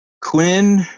Quinn